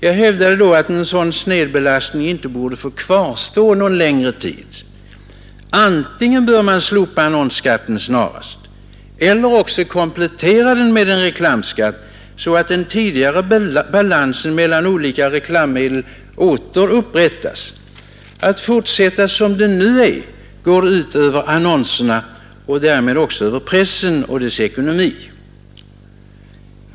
Jag hävdade då att en sådan snedbelastning inte borde få kvarstå någon längre tid. Antingen bör man snarast slopa annonsskatten eller också komplettera den med en reklamskatt, så att den tidigare balansen mellan olika reklammedel åter upprättas. Att fortsätta som hittills får dock inte ske — det skulle gå ut över annonserna och därmed också över pressen och dess ekonomi.